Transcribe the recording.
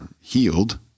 healed